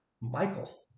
Michael